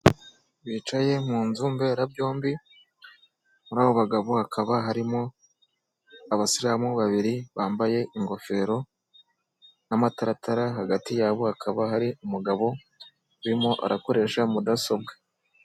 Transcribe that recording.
Bicaye mu nzu mberabyombi muri abo bagabo hakaba harimo abasilamu babiri bambaye ingofero n'amataratara hagati yabo hakaba hari umugabo urimo arakoresha mudasobwa.